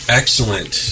excellent